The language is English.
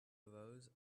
arose